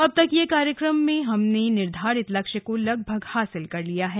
अब तक के कार्यक्रम में हमने निर्धारित लक्ष्य को लगभग हासिल कर लिया है